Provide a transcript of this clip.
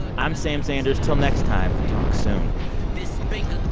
i'm sam sanders. until next time. talk soon this bank